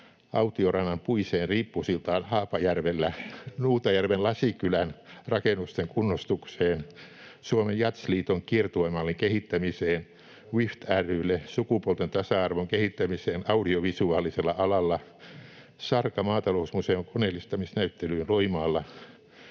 Autiorannan puiseen riippusiltaan Haapajärvellä, Nuutajärven Lasikylän rakennusten kunnostukseen, Suomen Jazzliiton kiertuemallin kehittämiseen, WIFT ry:lle sukupuolten tasa-arvon kehittämiseen audiovisuaalisella alalla, Sarka maatalousmuseon koneellistamisnäyttelyyn Loimaalla,